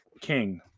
King